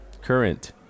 current